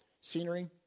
Scenery